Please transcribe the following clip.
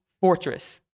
fortress